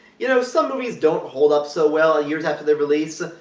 you know, some movies don't hold up so well years after their release.